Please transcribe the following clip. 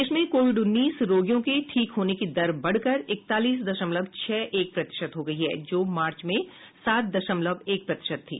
देश में कोविड उन्नीस रोगियों के ठीक होने की दर बढ़ कर इकतालीस दशमलव छह एक प्रतिशत हो गई है जो मार्च में सात दशमलव एक प्रतिशत थी